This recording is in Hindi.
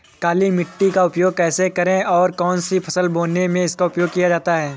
काली मिट्टी का उपयोग कैसे करें और कौन सी फसल बोने में इसका उपयोग किया जाता है?